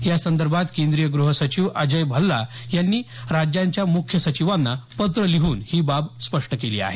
यासंदर्भात केंद्रीय गृह सचिव अजय भल्ला यांनी राज्यांच्या मुख्य सचिवांना पत्र लिहून ही बाब स्पष्ट केली आहे